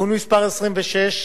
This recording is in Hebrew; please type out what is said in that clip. (תיקון מס' 26),